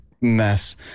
mess